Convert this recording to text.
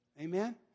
Amen